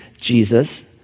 Jesus